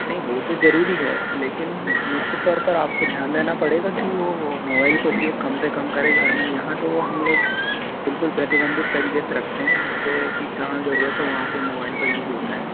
नहीं वो तो ज़रूरी है लेकिन निश्चित तौर पर आपको ध्यान देना पड़ेगा कि वो मोबाइल का उपयोग कम से कम करें घर में यहाँ तो हम लोग बिल्कुल प्रतिबंधित तरीक़े से रखते हैं जिससे कि जहाँ ज़रूरत है वहाँ पर मोबाइल का यूज़ होता है